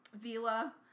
Vila